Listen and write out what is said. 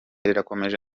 rirakomeje